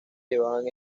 llevaban